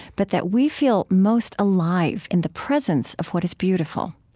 but that we feel most alive in the presence of what is beautiful.